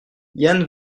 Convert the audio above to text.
yann